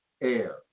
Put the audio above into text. air